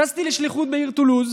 טסתי לשליחות בעיר טולוז